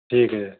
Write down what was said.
ਠੀਕ ਹੈ